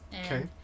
Okay